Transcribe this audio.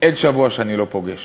אין שבוע שאני לא פוגש